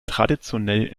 traditionell